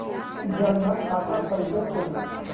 जनधन खाता कइसे खुली?